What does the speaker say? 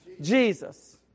Jesus